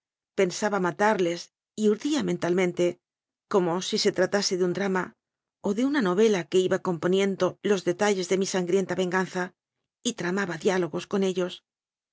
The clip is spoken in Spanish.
pensaba matarles y urdía mentalmente como si se tratase de un drama o de una novela que iba componiendo los detalles de mi sangrienta venganza y tramaba diálogos con ellos